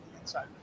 inside